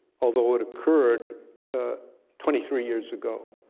although it occurred twenty three years ago,